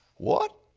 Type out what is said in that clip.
what?